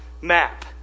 map